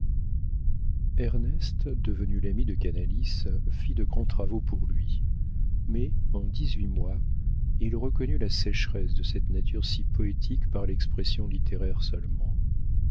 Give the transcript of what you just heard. ernest devenu l'ami de canalis fit de grands travaux pour lui mais en dix-huit mois il reconnut la sécheresse de cette nature si poétique par l'expression littéraire seulement